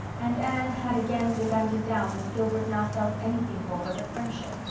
and anne had again begun to doubt if gilbert now felt anything for her but friendship.